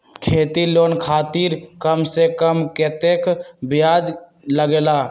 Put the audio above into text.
खेती लोन खातीर कम से कम कतेक ब्याज लगेला?